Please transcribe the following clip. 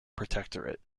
protectorate